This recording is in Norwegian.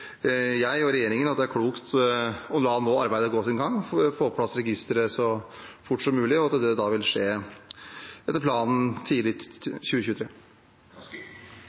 jeg og regjeringen at det er klokt nå å la arbeidet gå sin gang, for å få på plass registeret så fort som mulig, og at det etter planen vil skje tidlig i 2023.